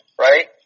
right